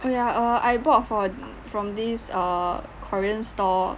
oh ya err I bought from from these err korean store